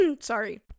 sorry